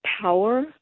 power